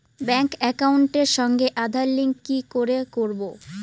Bank একাউন্টের সঙ্গে Aadhaar link কি করে করবো?